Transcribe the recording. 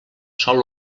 sòl